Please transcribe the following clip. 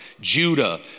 Judah